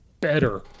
better